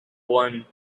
one